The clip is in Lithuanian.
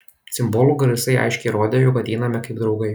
cimbolų garsai aiškiai rodė jog ateiname kaip draugai